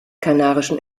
kanarischen